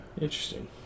Interesting